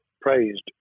praised